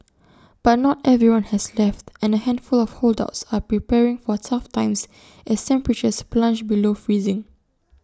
but not everyone has left and A handful of holdouts are preparing for tough times as temperatures plunge below freezing